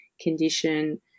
condition